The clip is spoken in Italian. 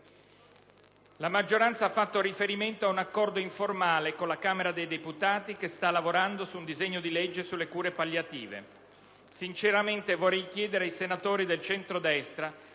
La maggioranza ha fatto riferimento ad un accordo informale con la Camera dei deputati che sta lavorando su un disegno di legge relativo alle cure palliative. Sinceramente, vorrei chiedere ai senatori del centrodestra